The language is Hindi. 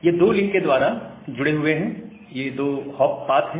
ये दो लिंक के द्वारा जुड़े हुए हैं ये 2 हॉप पाथ है